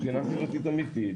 מבחינה סביבתית אמיתית,